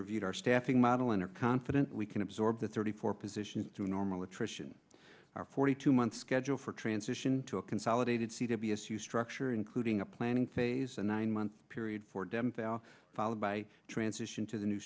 reviewed our staffing model and are confident we can absorb the thirty four positions through normal attrition our forty two month schedule for transition to a consolidated c b s you structure including a planning phase a nine month period for dems followed by transition to the new